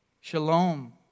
Shalom